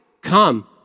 Come